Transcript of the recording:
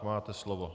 Máte slovo.